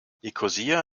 nikosia